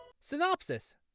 Synopsis